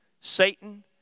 Satan